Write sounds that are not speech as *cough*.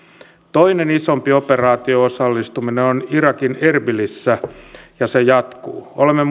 toinen isompi operaatio osallistuminen on irakin erbilissä ja se jatkuu olemme *unintelligible*